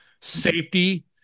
safety